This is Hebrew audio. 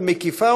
5320,